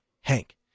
Hank